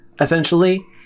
essentially